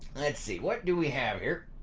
let's see what do we have here